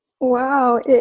Wow